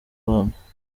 rwanda